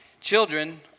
children